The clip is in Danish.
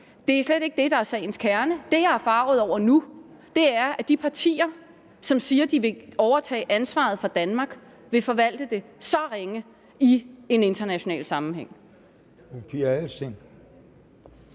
Det er slet ikke det, der er sagens kerne. Det, jeg er forarget over nu, er, at de partier, som siger, at de vil overtage ansvaret for Danmark, vil forvalte det så ringe i en international sammenhæng.